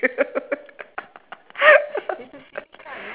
~oo